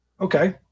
okay